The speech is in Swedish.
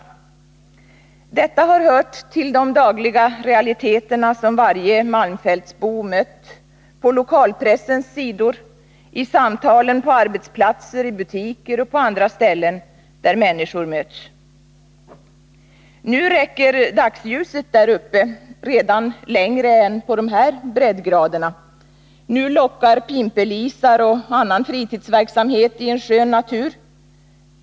Detta har hört till de dagliga realiteter som varje malmfältsbo mött på lokalpressens sidor, i samtalen på arbetsplatser, i butiker och på andra ställen där människor mötts. Nu räcker dagsljuset där uppe redan längre än på de här breddgraderna, nu lockar pimpelisar och annat till fritidsverksamhet i en skön natur.